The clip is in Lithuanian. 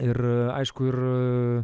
ir aišku ir